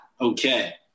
okay